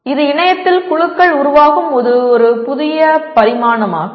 இது இணையத்தில் குழுக்கள் உருவாகும் ஒரு புதிய பரிமாணமாகும்